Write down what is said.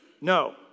no